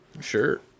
Sure